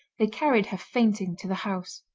they carried her fainting to the house.